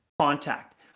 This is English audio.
contact